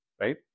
Right